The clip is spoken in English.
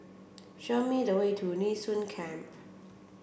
show me the way to Nee Soon Camp